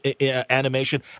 animation